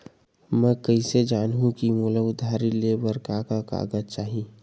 मैं कइसे जानहुँ कि मोला उधारी ले बर का का कागज चाही?